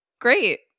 Great